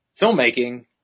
filmmaking